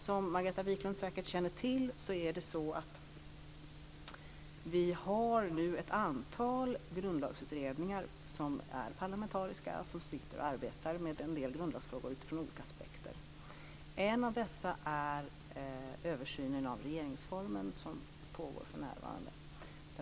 Som Margareta Viklund säkert känner till har vi ett antal parlamentariska grundlagsutredningar som arbetar med en del grundlagsfrågor utifrån olika aspekter. En av dessa är översynen av regeringsformen som pågår för närvarande.